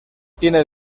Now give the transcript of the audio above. tiene